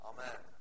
Amen